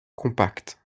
compacte